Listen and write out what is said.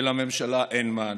ולממשלה אין מענה?